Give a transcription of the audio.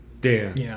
dance